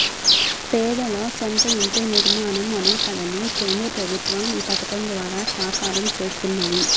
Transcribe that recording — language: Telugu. పేదల సొంత ఇంటి నిర్మాణం అనే కలను కేంద్ర ప్రభుత్వం ఈ పథకం ద్వారా సాకారం చేస్తున్నది